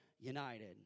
united